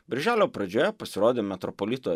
birželio pradžioje pasirodė metropolito